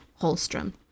holstrom